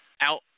out